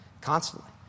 constantly